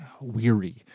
weary